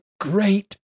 great